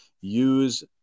Use